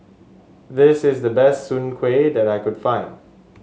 this is the best Soon Kuih that I can find